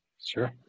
Sure